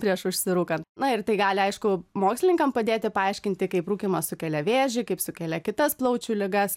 prieš užsirūkant na ir tai gali aišku mokslininkam padėti paaiškinti kaip rūkymas sukelia vėžį kaip sukelia kitas plaučių ligas